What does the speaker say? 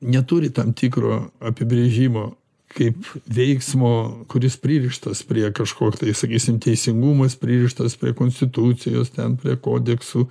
neturi tam tikro apibrėžimo kaip veiksmo kuris pririštas prie kažko tai sakysim teisingumas pririštas prie konstitucijos ten prie kodeksų